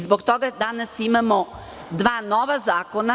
Zbog toga danas imamo dva nova zakona.